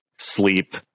sleep